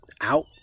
out